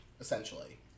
essentially